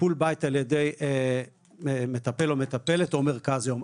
טיפול בית ע"י מטפל או מטפלת או מרכז יום?